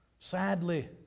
Sadly